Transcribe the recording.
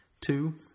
Two